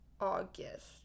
august